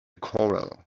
corral